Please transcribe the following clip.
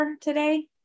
today